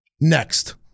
Next